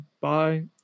bye